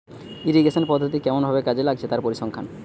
irrigation পদ্ধতি কেমন ভাবে কাজে লাগছে তার পরিসংখ্যান